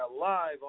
live